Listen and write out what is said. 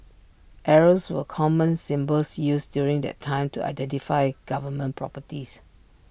arrows were common symbols used during that time to identify government properties